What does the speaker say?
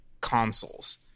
consoles